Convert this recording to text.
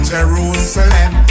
Jerusalem